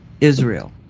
Israel